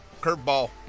Curveball